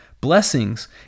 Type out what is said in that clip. blessings